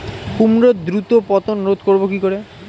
কুমড়োর দ্রুত পতন রোধ করব কি করে?